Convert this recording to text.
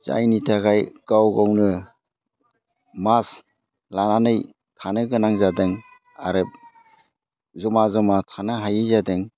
जायनि थाखाय गाव गावनो मास्क लानानै थानो गोनां जादों आरो जमा जमा थानो हायै जादों